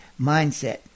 mindset